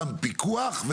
גם פיקוח,